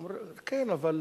הם אמרו: כן, אבל